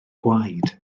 gwaed